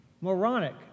moronic